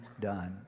done